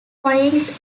foreigners